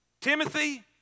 Timothy